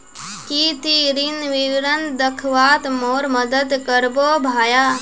की ती ऋण विवरण दखवात मोर मदद करबो भाया